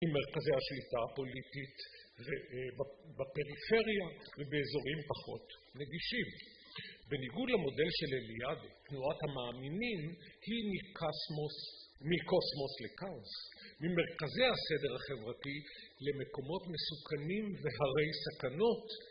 ממרכזי השליטה הפוליטית, בפריפריה ובאזורים פחות נגישים. בניגוד למודל של אליעד, תנועת המאמינים היא מקוסמוס לכאוס. ממרכזי הסדר החברתי למקומות מסוכנים והרי סכנות.